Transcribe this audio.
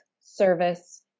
service